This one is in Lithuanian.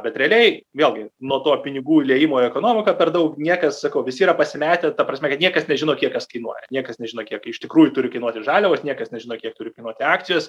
bet realiai vėlgi nuo to pinigų įliejimo į ekonomiką per daug niekas sakau visi yra pasimetę ta prasme kad niekas nežino kiek kas kainuoja niekas nežino kiek iš tikrųjų turi kainuoti žaliavos niekas nežino kiek turi kainuoti akcijos